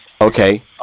Okay